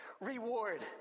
reward